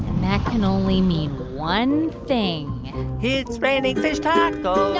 and that can only mean one thing it's raining fish tacos.